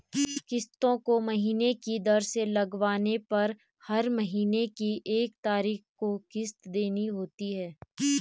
किस्तों को महीने की दर से लगवाने पर हर महीने की एक तारीख को किस्त देनी होती है